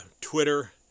Twitter